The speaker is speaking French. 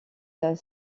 bart